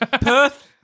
Perth